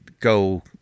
go